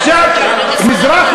טיל "לאו"